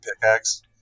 pickaxe